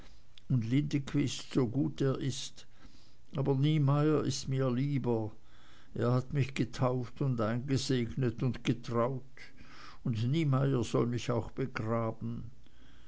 so gut er ist aber niemeyer ist mir lieber er hat mich getauft und eingesegnet und getraut und niemeyer soll mich auch begraben